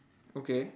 okay